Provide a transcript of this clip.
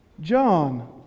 John